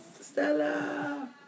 Stella